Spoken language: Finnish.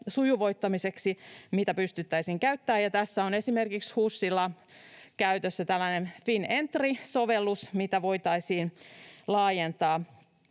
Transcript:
sujuvoittamiseksi, mitä pystyttäisiin käyttämään, ja tässä on esimerkiksi HUSilla käytössä tällainen Finentry-sovellus, mitä voitaisiin laajentaa